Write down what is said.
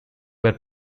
were